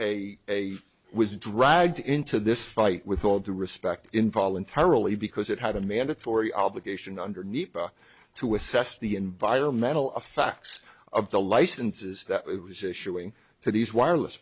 a was dragged into this fight with all due respect in voluntarily because it had a mandatory obligation underneath to assess the environmental effects of the licenses that it was issuing to these wireless